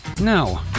No